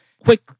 Quick